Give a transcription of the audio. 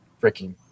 freaking